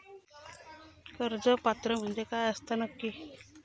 कर्ज पात्र म्हणजे काय असता नक्की?